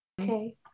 Okay